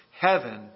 heaven